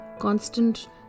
constant